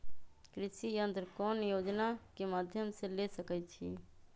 कृषि यंत्र कौन योजना के माध्यम से ले सकैछिए?